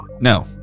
No